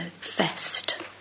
fest